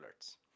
alerts